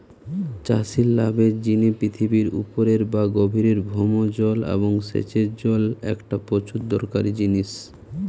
চাষির লাভের জিনে পৃথিবীর উপরের বা গভীরের ভৌম জল এবং সেচের জল একটা প্রচুর দরকারি জিনিস